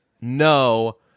No